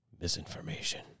Misinformation